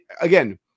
again